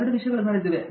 2 ವಿಷಯಗಳು ನಡೆದಿವೆ